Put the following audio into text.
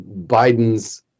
Biden's